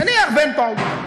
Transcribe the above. נניח שאין פרטנר,